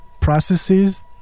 processes